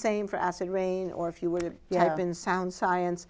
same for acid rain or if you will you have been sound science